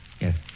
Yes